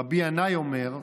רבי ינאי אומר,